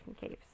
caves